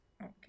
Okay